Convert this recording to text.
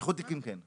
כשיש איחוד תיקים כן,